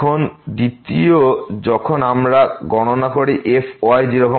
এখন দ্বিতীয় যখন আমরা গণনা করি fy 0 0